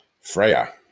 Freya